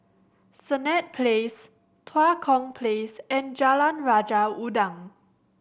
Senett Place Tua Kong Place and Jalan Raja Udang